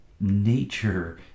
nature